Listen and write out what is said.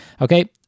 Okay